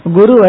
Guru